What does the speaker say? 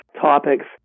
topics